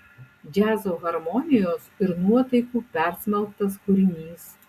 džiazo harmonijos ir nuotaikų persmelktas kūrinys